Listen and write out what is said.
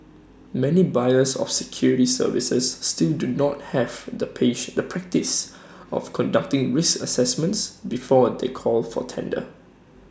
many buyers of security services still do not have the patient the practice of conducting risk assessments before they call for tender